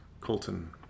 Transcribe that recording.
Colton